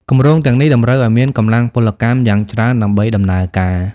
គម្រោងទាំងនេះតម្រូវឱ្យមានកម្លាំងពលកម្មយ៉ាងច្រើនដើម្បីដំណើរការ។